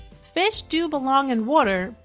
fish do belong in water,